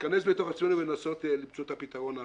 להתכנס בתוך עצמנו ולנסות למצוא את הפתרון הכולל.